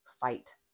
fight